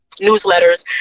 newsletters